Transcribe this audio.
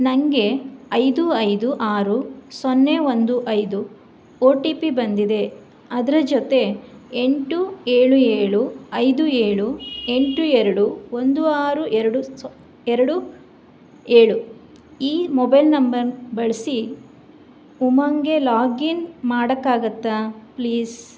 ನನಗೆ ಐದು ಐದು ಆರು ಸೊನ್ನೆ ಒಂದು ಐದು ಒ ಟಿ ಪಿ ಬಂದಿದೆ ಅದರ ಜೊತೆ ಎಂಟು ಏಳು ಏಳು ಐದು ಏಳು ಎಂಟು ಎರಡು ಒಂದು ಆರು ಎರಡು ಎರಡು ಏಳು ಈ ಮೊಬೈಲ್ ನಂಬರ್ ಬಳಸಿ ಉಮಂಗ್ಗೆ ಲಾಗಿನ್ ಮಾಡಕ್ಕಾಗತ್ತಾ ಪ್ಲೀಸ್